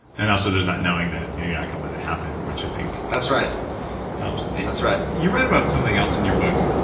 and also there's that knowing that you know you're not going to let it happen which i think that's right helps that's right you write about something else in your book